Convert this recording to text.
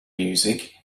music